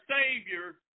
Savior